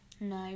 no